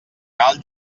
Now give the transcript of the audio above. cal